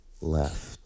left